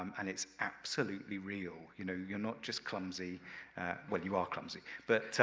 um and it's absolutely real. you know, you're not just clumsy well you are clumsy but.